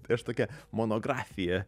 tai aš tokią monografiją